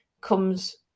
comes